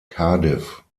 cardiff